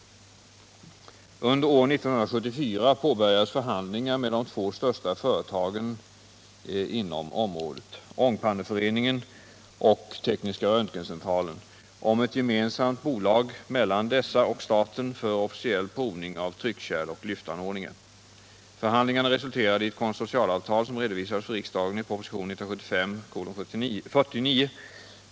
stationära lyftan Under år 1974 påbörjades förhandlingar med de två största företagen = ordningar inom området, Ångpanneföreningen och Tekniska Röntgencentralen, om ett gemensamt bolag mellan dessa och staten för officiell provning av tryckkärl och lyftanordningar. Förhandlingarna resulterade i ett konsortialavtal som redovisades för riksdagen i propositionen 1975:49.